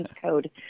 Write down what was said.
code